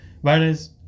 whereas